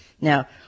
Now